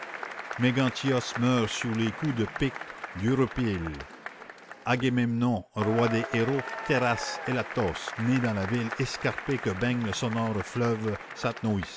méganthios meurt sous les coups de pique d'euripyle agamemnon roi des héros terrasse élatos né dans la ville escarpée que baigne le sonore fleuve